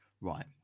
right